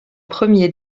premier